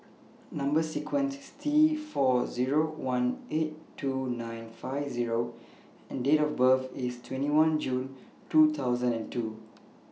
Number sequence IS T four Zero one eight two nine five Zero and Date of birth IS twenty one June twenty two